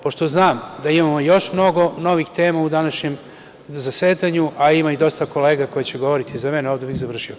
Pošto znam da imamo još mnogo novih tema u današnjem zasedanju, a ima i dosta kolega koji će govoriti iza mene, ovde bih završio.